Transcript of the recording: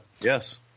Yes